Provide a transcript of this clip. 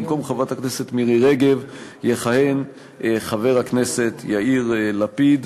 במקום חברת הכנסת מירי רגב יכהן חבר הכנסת יאיר לפיד,